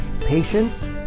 Patience